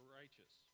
righteous